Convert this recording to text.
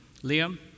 Liam